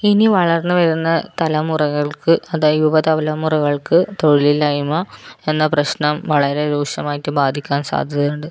ഇനി വളർന്നു വരുന്ന തലമുറകൾക്ക് അതാ യുവതലമുറകൾക്ക് തൊഴിലില്ലായ്മ എന്ന പ്രശ്നം വളരെ രൂക്ഷമായിട്ട് ബാധിക്കാൻ സാധ്യതയുണ്ട്